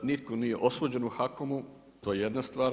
Nitko nije osuđen u HAKOM-u, to je jedna stvar.